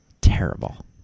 terrible